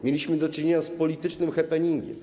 Mieliśmy do czynienia z politycznym happeningiem.